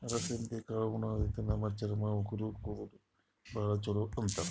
ಅಲಸಂದಿ ಕಾಳ್ ಉಣಾದ್ರಿನ್ದ ನಮ್ ಚರ್ಮ, ಉಗುರ್, ಕೂದಲಿಗ್ ಭಾಳ್ ಛಲೋ ಅಂತಾರ್